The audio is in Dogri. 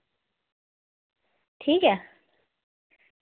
ठीक ऐ